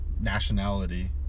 nationality